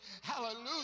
Hallelujah